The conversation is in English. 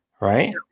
right